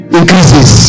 increases